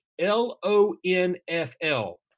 L-O-N-F-L